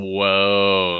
Whoa